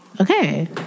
Okay